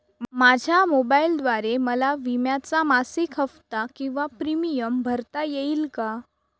माझ्या मोबाईलद्वारे मला विम्याचा मासिक हफ्ता किंवा प्रीमियम भरता येईल का?